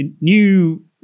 new